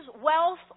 wealth